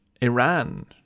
Iran